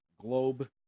globe